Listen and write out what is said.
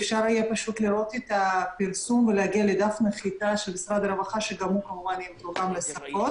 אות את הפרסום ולהגיע לדף של משרד הרווחה שגם הוא כמובן יתורגם לשפות.